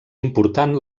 important